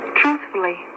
truthfully